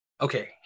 okay